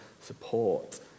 support